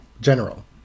General